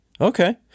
Okay